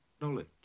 knowledge